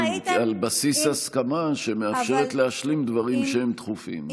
על בסיס הסכמה שמאפשרת להשלים דברים שהם דחופים,